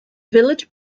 village